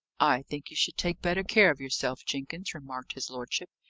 i think you should take better care of yourself, jenkins, remarked his lordship.